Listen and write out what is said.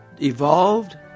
evolved